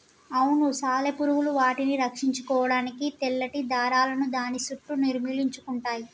అవును సాలెపురుగులు వాటిని రక్షించుకోడానికి తెల్లటి దారాలను దాని సుట్టూ నిర్మించుకుంటయ్యి